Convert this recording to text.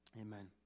Amen